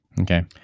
Okay